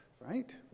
right